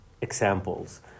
examples